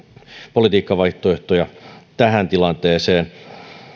politiikkavaihtoehtoja tähän tilanteeseen